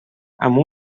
amb